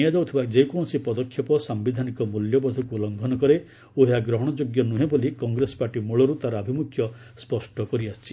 ନିଆଯାଉଥିବା ଯେକୌଣସି ପଦକ୍ଷେପ ସାୟିଧାନିକ ମୂଲ୍ୟବୋଧକୁ ଲଙ୍ଘନ କରେ ଓ ଏହା ଗ୍ରହଣ ଯୋଗ୍ୟ ନୁହେଁ ବୋଲି କଂଗ୍ରେସ ପାର୍ଟି ମଳରୁ ତାର ଆଭିମୁଖ୍ୟ ସ୍ୱଷ୍ଟ କରିଆସିଛି